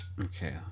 Okay